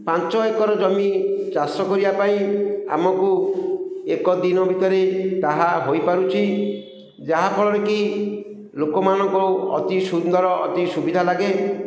ପାଞ୍ଚ ଏକର ଜମି ଚାଷ କରିବା ପାଇଁ ଆମକୁ ଏକ ଦିନ ଭିତରେ ତାହା ହୋଇପାରୁଛି ଯାହାଫଳରେ କି ଲୋକମାନଙ୍କ ଅତି ସୁନ୍ଦର ଅତି ସୁବିଧା ଲାଗେ